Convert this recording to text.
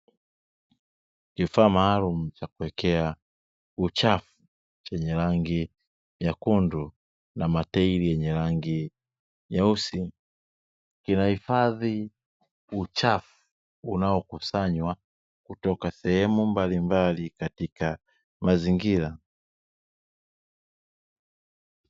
Kifaa maalum cha kuwekea uchafu chenye rangi nyekundu na matairi yenye rangi nyeusi, kinahifadhi uchafu unaokusanywa kutoka sehemu mbalimbali katika mazingira.